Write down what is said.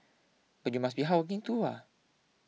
but you must be hardworking too